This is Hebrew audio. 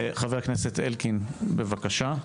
הכנסת אלקין, בבקשה.